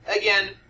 again